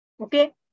okay